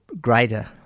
greater